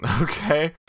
Okay